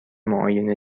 معاینه